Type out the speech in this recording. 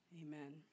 Amen